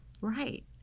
Right